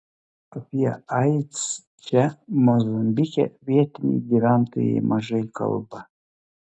apie aids čia mozambike vietiniai gyventojai mažai kalba